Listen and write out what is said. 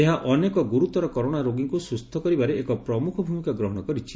ଏହା ଅନେକ ଗୁରୁତର କରୋନା ରୋଗୀଙ୍କୁ ସୁସ୍ଥ କରିବାରେ ଏକ ପ୍ରମୁଖ ଭୂମିକା ଗ୍ରହଶ କରିଛି